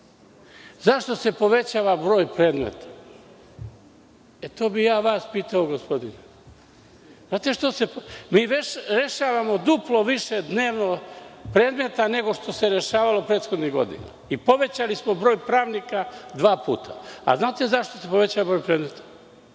zašto se povećava broj predmeta? To bih ja vas pitao, gospodine. Mi rešavamo duplo više dnevno predmeta, nego što se rešavalo prethodnih godina. Povećali smo broj pravnika dva puta. Da li znate zašto se povećava broj predmeta?